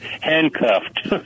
Handcuffed